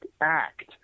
act